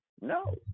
No